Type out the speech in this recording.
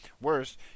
worse